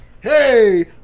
Hey